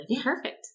Perfect